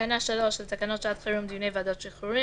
בתקנה 2 לתקנות שעת חירום (נגיף הקורונה החדש)